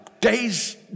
day's